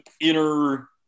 inner